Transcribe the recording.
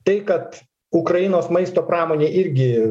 tai kad ukrainos maisto pramonė irgi